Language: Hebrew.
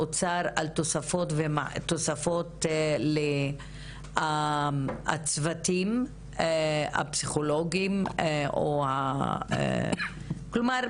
האוצר על תוספות לצוותים הפסיכולוגיים - כלומר,